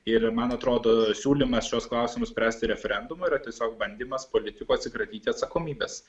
ir man atrodo siūlymas šiuos klausimus spręsti referendumu yra tiesiog bandymas politikų atsikratyti atsakomybės